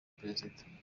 perezida